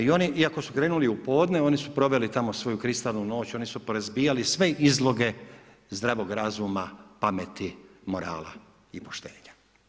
I oni, iako su krenuli u podne, oni su proveli tamo svoju kristalnu noć, oni su porazbijali sve izloge zdravog razuma, pameti, morala i poštenja.